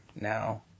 now